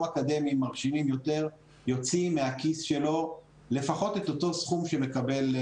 אקדמיים מרשימים יותר יוציא מהכיס שלו לפחות את אותו הסכום שמקבל,